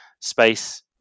space